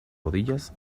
rodillas